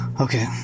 okay